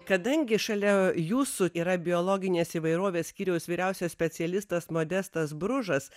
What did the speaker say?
kadangi šalia jūsų yra biologinės įvairovės skyriaus vyriausias specialistas modestas bružas